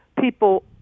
people